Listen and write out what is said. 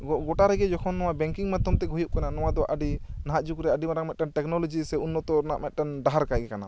ᱜᱚᱴᱟ ᱨᱮᱜᱮ ᱡᱚᱠᱷᱚᱱ ᱱᱚᱣᱟ ᱵᱮᱝᱠᱤᱝ ᱢᱟᱫᱷᱚᱢ ᱛᱮᱜᱮ ᱦᱩᱭᱩᱜ ᱠᱟᱱᱟ ᱱᱚᱭᱟ ᱫᱚ ᱟᱹᱰᱤ ᱱᱟᱦᱟᱜ ᱡᱩᱜᱽ ᱨᱮ ᱟᱹᱰᱤ ᱢᱟᱨᱟᱝ ᱴᱮᱠᱱᱳᱞᱚᱡᱤ ᱥᱮ ᱩᱱᱱᱚᱛᱚ ᱨᱮᱱᱟᱜ ᱢᱤᱫᱴᱮᱱ ᱰᱟᱦᱟᱨ ᱞᱮᱠᱟ ᱜᱮ ᱠᱟᱱᱟ